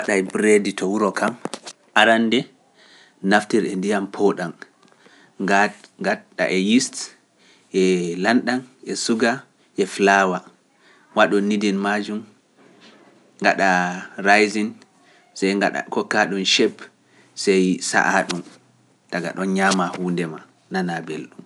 waɗa e breddi to wuro kam arande naftiri e ndiyam pawuɗam ngaata yist e lanɗam e suga e flaawa waɗo niidin majum gaɗa raisin se gaɗa kokka ɗum chef sai sa'a ɗum taga ɗon ñama hunde ma nana belɗum.